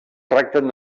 tracten